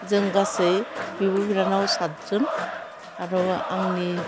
जों गासै बिब' बिनानाव सातजन आरो आंनि